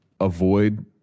avoid